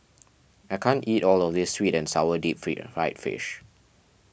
I can't eat all of this Sweet and Sour Deep Fried Fish